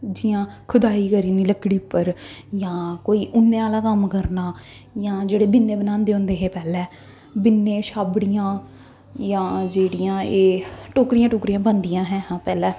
जि'यां खुदाई करी ओड़नी लकड़ी उप्पर जां कोई उन्नै आह्ला कम्म करना जां जेह्ड़े बिन्ने बनांदे होंदे हे पैह्लें बिन्ने छाबड़ियां जां जेह्ड़ियां एह् टोकरियां टूकरियां बनदियां ऐं हां पैह्लें